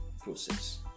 process